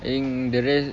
then the rest